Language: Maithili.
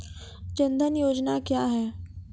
जन धन योजना क्या है?